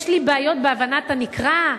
יש לי בעיות בהבנת הנקרא?